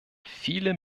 viele